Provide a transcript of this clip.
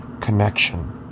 connection